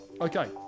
Okay